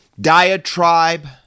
diatribe